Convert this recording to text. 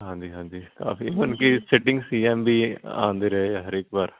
ਹਾਂਜੀ ਹਾਂਜੀ ਕਾਫ਼ੀ ਮਤਲਬ ਕਿ ਸਿਟਿੰਗ ਸੀ ਐੱਮ ਵੀ ਆਉਂਦੇ ਰਹੇ ਹੈ ਹਰੇਕ ਵਾਰ